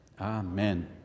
Amen